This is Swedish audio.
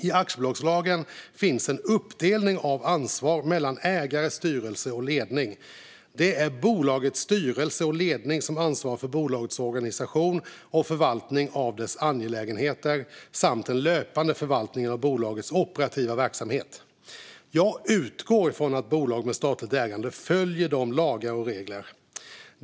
I aktiebolagslagen finns en uppdelning av ansvar mellan ägare, styrelse och ledning. Det är bolagets styrelse och ledning som ansvarar för bolagets organisation och förvaltningen av dess angelägenheter samt den löpande förvaltningen av bolagets operativa verksamhet. Jag utgår från att bolag med statligt ägande följer lagar och regler.